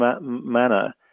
manner